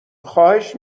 خواهش